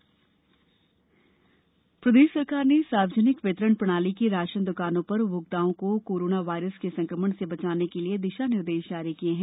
PDS flagship प्रदेश सरकार ने सार्वजनिक वितरण प्रणाली की राशन दुकानों पर उपभोक्ताओं को कोरोना वायरस के संक्रमण से बचाने के लिये दिशा निर्देश जारी किये हैं